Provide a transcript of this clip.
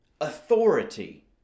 authority